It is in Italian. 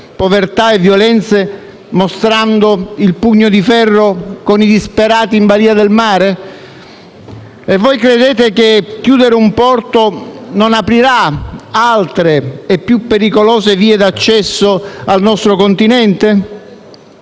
povertà e violenze mostrando il pugno di ferro con i disperati in balia del mare? Voi credete che chiudere un porto non aprirà altre e più pericolose vie d'accesso al nostro continente?